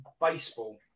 baseball